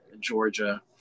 Georgia